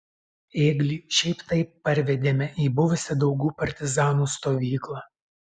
ėglį šiaip taip parvedėme į buvusią daugų partizanų stovyklą